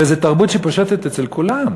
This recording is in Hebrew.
וזו תרבות שפושטת אצל כולם.